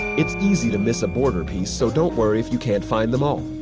it's easy to miss a border piece, so don't worry if you can't find them all.